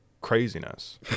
craziness